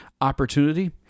opportunity